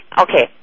okay